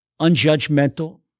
unjudgmental